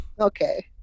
okay